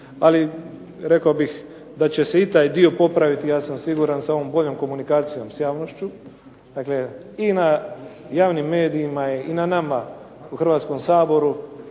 Ali rekao bih da će se i taj dio popraviti, ja sam siguran sa ovom boljom komunikacijom s javnošću i na javnim medijima i na nama u Hrvatskom saboru